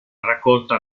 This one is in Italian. raccolta